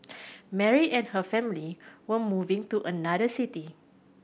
Mary and her family were moving to another city